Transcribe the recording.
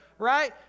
right